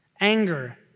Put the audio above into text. anger